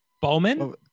Bowman